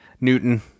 Newton